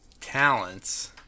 talents